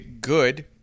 Good